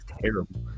terrible